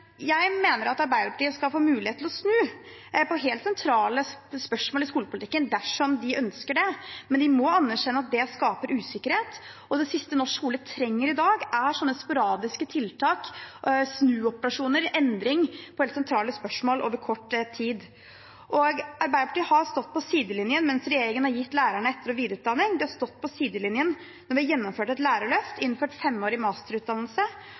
Jeg mener at Arbeiderpartiet skal få muligheten til å snu i helt sentrale spørsmål i skolepolitikken, dersom de ønsker det. Men de må anerkjenne at det skaper usikkerhet, og det siste norsk skole trenger i dag, er slike sporadiske tiltak, snuoperasjoner og endring i helt sentrale spørsmål over kort tid. Arbeiderpartiet har stått på sidelinjen mens regjeringen har gitt lærerne etter- og videreutdanning. De har stått på sidelinjen når vi har gjennomført et lærerløft og innført femårig masterutdannelse.